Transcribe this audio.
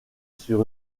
sur